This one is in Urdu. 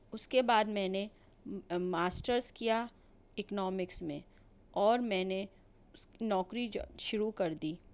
اس کے بعد میں نے ماسٹرس کیا اکنومکس میں اور میں نے اس نوکری جوا شروع کر دی